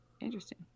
Interesting